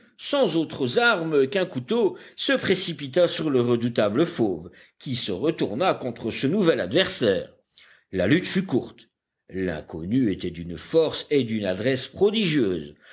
sans autres armes qu'un couteau se précipita sur le redoutable fauve qui se retourna contre ce nouvel adversaire la lutte fut courte l'inconnu était d'une force et d'une adresse prodigieuses